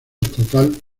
estatal